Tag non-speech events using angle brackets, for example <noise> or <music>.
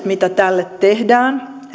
<unintelligible> mitä tälle tehdään